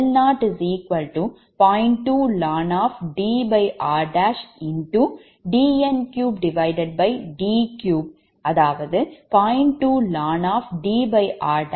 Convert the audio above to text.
இவ்வாறு குறிப்பிடுகின்றேன்